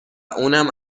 اونم